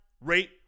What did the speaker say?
rate